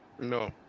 No